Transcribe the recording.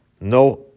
No